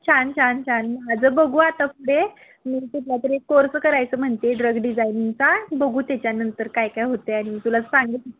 छान छान छान माझं बघू आता पुढे मी कुठलातरी एक कोर्स करायचं म्हणते ड्रग डिझायनिंगचा बघू त्याच्यानंतर काय काय होते आणि तुला सांग